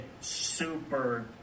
super